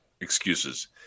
excuses